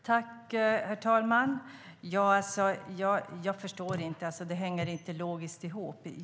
Herr talman! Jag förstår inte - det hänger inte ihop logiskt.